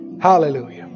hallelujah